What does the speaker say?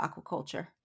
aquaculture